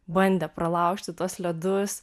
bandė pralaužti tuos ledus